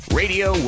radio